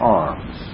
arms